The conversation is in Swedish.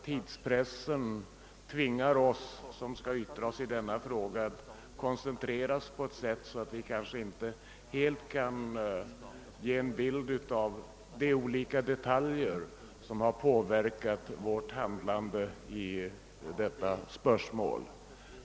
Tidspressen tvingar oss som skall tala i denna fråga att koncentrera oss på ett sådant sätt, att vi kanske inte kan ge en tillräckligt god bild av de olika detaljer som påverkat vårt handlande.